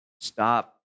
stop